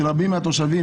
של רבים מהתושבים,